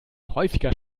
häufiger